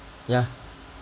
yeah